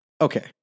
Okay